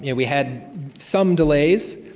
yeah we had some delays,